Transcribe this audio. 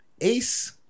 Ace